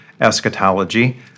eschatology